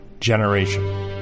Generation